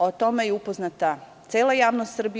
O tome je upoznata cela javnost Srbije.